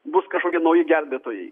bus kažkokie nauji gelbėtojai